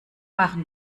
machen